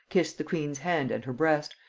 kissed the queen's hand and her breast,